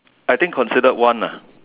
I think considered one ah